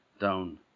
down